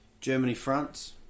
Germany-France